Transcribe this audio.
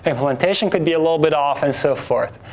implementation could be a little bit off, and so forth.